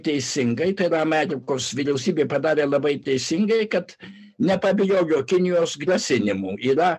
teisingai tai yra amerikos vyriausybė padarė labai teisingai kad nepabijojo kinijos grasinimų yra